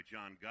John